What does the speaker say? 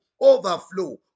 overflow